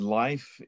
life